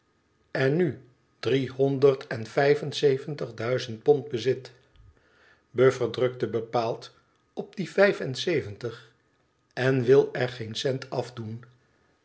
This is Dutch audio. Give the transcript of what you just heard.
en zeventig duizend pond bezit buffer drukte bepaald op die vijf en zeventig en wil er geen cent afdoen